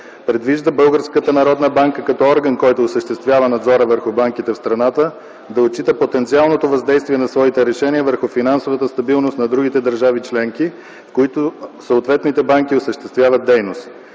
народна банка като орган, който осъществява надзора върху банките в страната, да отчита потенциалното въздействие на своите решения върху финансовата стабилност на другите държави членки, в които съответните банки осъществяват дейност.